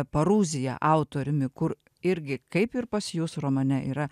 paruzija autoriumi kur irgi kaip ir pas jus romane yra